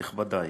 נכבדי,